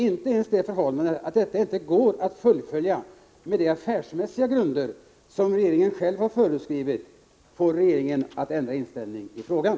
Inte ens det förhållandet att detta köp inte går att fullfölja på de affärsmässiga grunder som regeringen själv har föreskrivit får regeringen att ändra inställning i frågan.